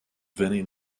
vinnie